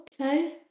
okay